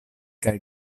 kaj